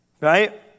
right